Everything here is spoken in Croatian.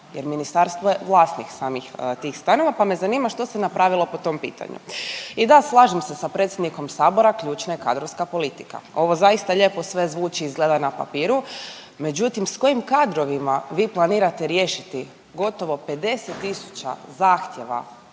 jer ministarstvo je vlasnih samih tih stanova, pa me zanima što se napravilo po tom pitanju. I da slažem se sa predsjednikom sabora, ključna je kadrovska politika. Ovo zaista lijepo sve zvuči izgleda sve na papiru, međutim s kojim kadrovima vi planirate riješiti gotovo 50 tisuća zahtjeva